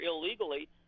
illegally